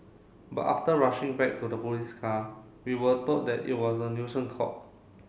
but after rushing back to the police car we were told that it was a nuisance call